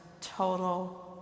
total